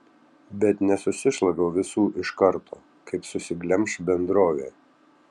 bet nesusišlaviau visų iš karto kaip susiglemš bendrovė